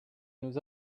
nous